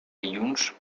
dilluns